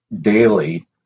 daily